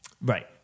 Right